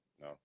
no